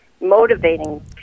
motivating